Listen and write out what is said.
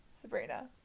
Sabrina